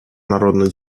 народно